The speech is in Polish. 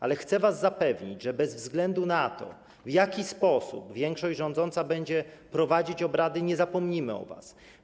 Ale chcę was zapewnić, że bez względu na to, w jaki sposób większość rządząca będzie prowadzić obrady, nie zapomnimy o was.